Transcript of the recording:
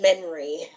memory